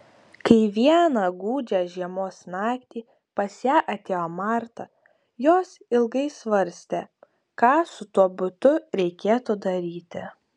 kai vieną gūdžią žiemos naktį pas ją atėjo marta jos ilgai svarstė ką su tuo butu reikėtų daryti